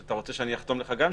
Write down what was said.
אתה רוצה שאני גם אחתום לך?